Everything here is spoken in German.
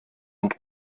und